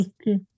Okay